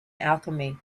alchemy